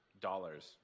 dollars